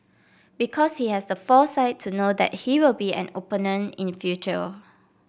because he has the foresight to know that he will be an opponent in future